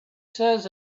says